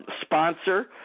sponsor